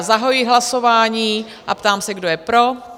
Zahajuji hlasování a ptám se, kdo je pro?